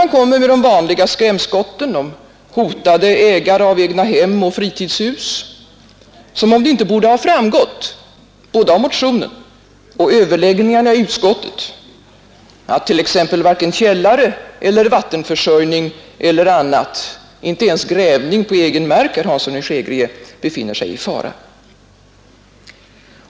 Man avfyrar de vanliga skrämselskotten om hotade ägare av egnahem och fritidshus, som om det inte framgått av både motionen och överläggningarna i utskottet att t.ex. källare eller vattenförsörjning — inte ens grävning på egen mark, herr Hansson i Skegrie — befinner sig i fara.